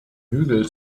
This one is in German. hügel